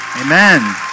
Amen